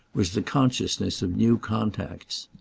was the consciousness of new contacts.